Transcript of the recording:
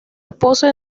esposa